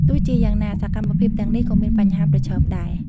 ទោះជាយ៉ាងណា សកម្មភាពទាំងនេះក៏មានបញ្ហាប្រឈមដែរ។